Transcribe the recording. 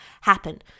happen